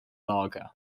lager